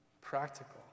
practical